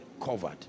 covered